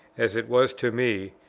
as it was to me,